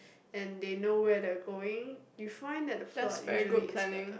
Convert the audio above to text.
and they know where they're going you find that the plot usually is better